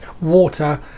water